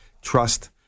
trust